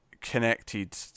connected